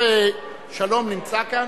השר שלום נמצא כאן?